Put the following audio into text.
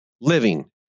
living